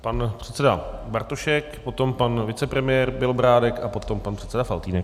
Pan předseda Bartošek, potom pan vicepremiér Bělobrádek a potom pan předseda Faltýnek.